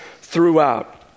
throughout